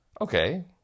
okay